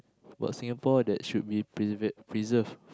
about Singapore that should be prever~ preserve